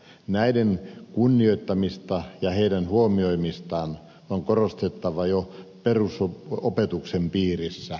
näiden kunnioittamista ja heidän huomioimistaan on korostettava jo perusopetuksen piirissä